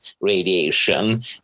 radiation